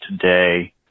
today